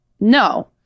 no